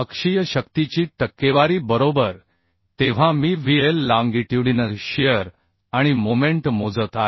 अक्षीय शक्तीची टक्केवारी बरोबर तेव्हा मी VL लाँगीट्युडिनल शियर आणि मोमेंट मोजत आहे